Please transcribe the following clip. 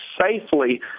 safely